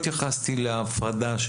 לא, לא, אני לא התייחסתי להפרדה.